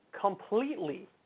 completely